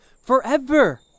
Forever